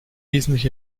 wesentlich